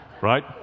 Right